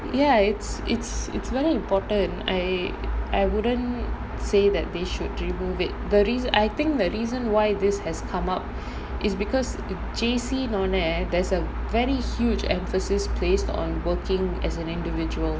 ya it's it's it's very important I I wouldn't say that they should remove it the rea~ I think the reason why this has come up is because J_C no no there's a very huge emphasis placed on working as an individual